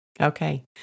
Okay